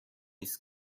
است